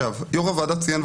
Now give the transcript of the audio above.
יושב-ראש הוועדה ציין,